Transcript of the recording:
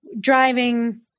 driving